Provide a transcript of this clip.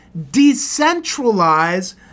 decentralize